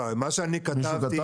לא, מה שאני כתבתי,